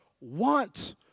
want